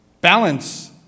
balance